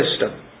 system